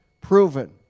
proven